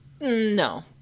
No